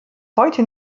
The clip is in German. heute